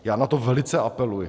Já na to velice apeluji.